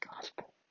Gospel